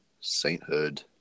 sainthood